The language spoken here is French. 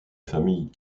famille